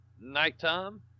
nighttime